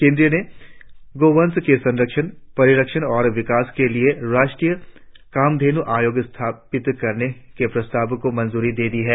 केंद्रीय ने गोवंश के संरक्षण परिरक्षण और विकास के लिए राष्ट्रीय कामधेनु आयोग स्थापित करने के प्रस्ताव को मंजूरी दे दी है